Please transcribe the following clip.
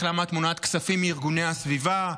למה את מונעת כספים מארגוני הסביבה,